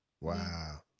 Wow